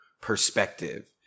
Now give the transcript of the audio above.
perspective